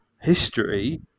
history